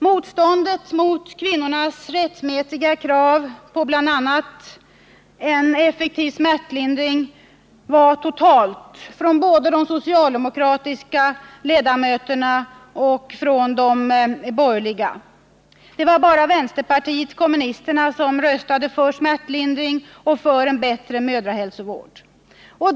Motståndet mot kvinnornas rättmätiga krav på bl.a. effektiv smärtlindring var totalt från de socialdemokratiska och de borgerliga ledamöterna. Det var bara vpk som röstade för smärtlindring och en bättre mödrahälsovård.